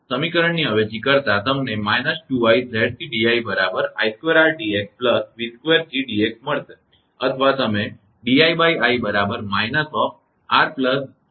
આ સમીકરણની અવેજી કરતા તમને −2𝑖𝑍𝑐𝑑𝑖 બરાબર 𝑖2𝑅𝑑𝑥 𝑣2𝐺𝑑𝑥 મળશે અથવા તમે 𝑑𝑖𝑖 બરાબર −𝑅𝐺𝑍𝑐22𝑍𝑐𝑑𝑥 લખી શકો છો